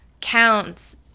counts